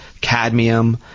cadmium